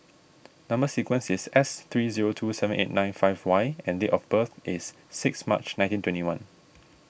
Number Sequence is S three zero two seven eight nine five Y and date of birth is six March nineteen twenty one